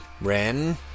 Ren